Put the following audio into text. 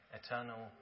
eternal